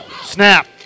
snap